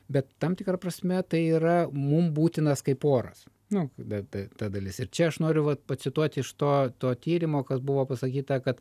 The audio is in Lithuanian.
bet tam tikra prasme tai yra mum būtinas kaip oras nu bet ta dalis ir čia aš noriu vat pacituoti iš to to tyrimo kas buvo pasakyta kad